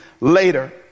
later